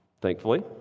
Thankfully